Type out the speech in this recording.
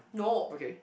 okay